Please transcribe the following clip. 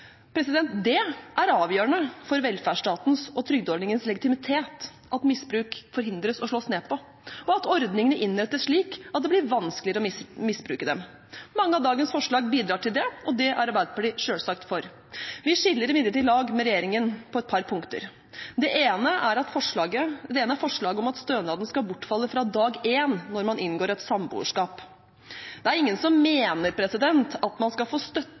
misbruk. Det er avgjørende for velferdsstatens og trygdeordningenes legitimitet at misbruk forhindres og slås ned på, og at ordningene innrettes slik at det blir vanskeligere å misbruke dem. Mange av dagens forslag bidrar til det, og det er Arbeiderpartiet selvsagt for. Vi skiller imidlertid lag med regjeringen på et par punkter. Det ene er forslaget om at stønaden skal bortfalle fra dag én når man inngår et samboerskap. Det er ingen som mener at man skal få støtte